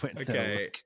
Okay